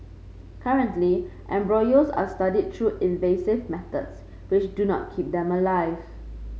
currently embryos are studied through invasive methods which do not keep them alive